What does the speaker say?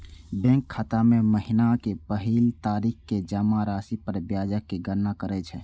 bank खाता मे महीनाक पहिल तारीख कें जमा राशि पर ब्याजक गणना करै छै